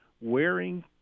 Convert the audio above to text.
wearing